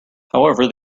however